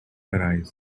arise